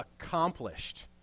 accomplished